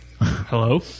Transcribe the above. Hello